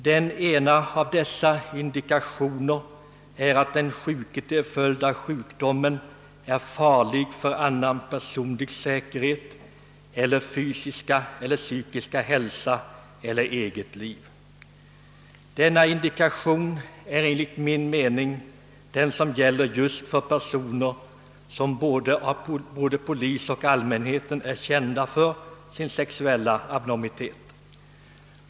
Den ena av dessa indikationer är att den sjuke till följd av sjukdomen är farlig för annans personliga säkerhet eller fysiska eller psykiska hälsa eller eget liv. Enligt min mening gäller denna indikation just för personer som både av polisen och av allmänheten är kända för sin sexuella abnormitet.